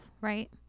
right